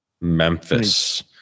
Memphis